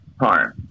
harm